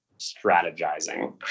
strategizing